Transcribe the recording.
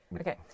Okay